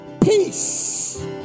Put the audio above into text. Peace